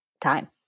time